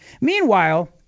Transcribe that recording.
Meanwhile